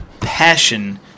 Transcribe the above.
passion